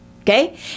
Okay